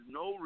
no